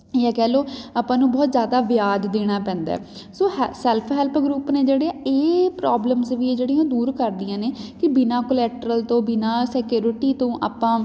ਜਾਂ ਕਹਿ ਲਓ ਆਪਾਂ ਨੂੰ ਬਹੁਤ ਜ਼ਿਆਦਾ ਵਿਆਜ ਦੇਣਾ ਪੈਂਦਾ ਸੋ ਹੈ ਸੈਲਫ ਹੈਲਪ ਗਰੁੱਪ ਨੇ ਜਿਹੜੇ ਇਹ ਪ੍ਰੋਬਲਮਸ ਵੀ ਜਿਹੜੀਆਂ ਦੂਰ ਕਰਦੀਆਂ ਨੇ ਕਿ ਬਿਨਾਂ ਕੋਰੈਟਰਲ ਤੋਂ ਬਿਨਾਂ ਸਕਿਓਰਟੀ ਤੋਂ ਆਪਾਂ